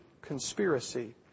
conspiracy